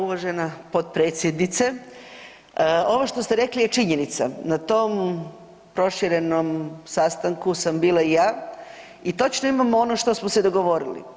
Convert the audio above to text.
Uvažena potpredsjednice ovo što ste rekli je činjenica, na tom proširenom sastanku sam bila i ja i točno imamo ono što smo se dogovorili.